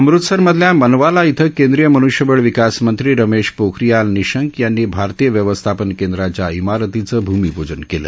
अमृतसर मधल्या मनावाला इथं केंद्रीय मन्ष्यबळ विकासमंत्री रमेश पोखरीयाल निशंक यांनी भारतीय व्यवस्थापन केंद्राच्या इमारतीचं भूमिपूजन केलं